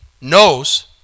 knows